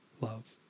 love